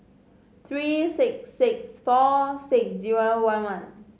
three six six four six zero one one